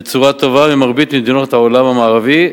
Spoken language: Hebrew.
בצורה טובה ממרבית מדינות העולם המערבי,